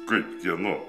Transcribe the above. kaip kieno